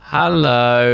Hello